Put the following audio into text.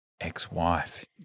Ex-wife